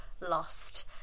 lost